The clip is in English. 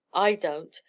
i don't.